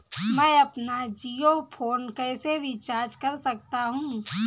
मैं अपना जियो फोन कैसे रिचार्ज कर सकता हूँ?